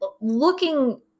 looking